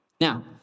Now